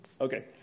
Okay